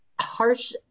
harsh